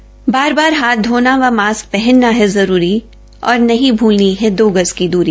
बार बार हाथ धोना व मास्क पहनना है जरूरी और नहीं भूलनी है दो गज की दूरी